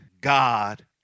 God